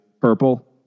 purple